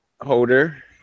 holder